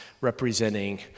representing